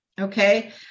Okay